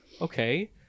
Okay